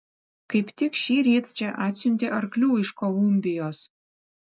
kaip tik šįryt čia atsiuntė arklių iš kolumbijos